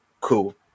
Cool